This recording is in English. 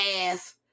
ass